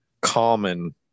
common